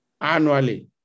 annually